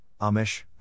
Amish